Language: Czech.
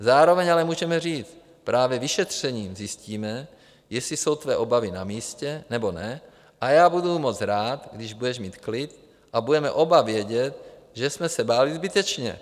Zároveň ale můžeme říci: Právě vyšetřením zjistíme, jestli jsou tvé obavy namístě, nebo ne, a já budu moc rád, když budeš mít klid a budeme oba vědět, že jsme se báli zbytečně.